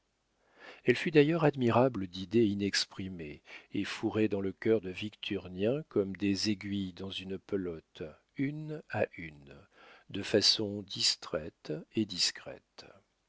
elle fut d'ailleurs admirable d'idées inexprimées et fourrées dans le cœur de victurnien comme des aiguilles dans une pelote une à une de façon distraite et discrète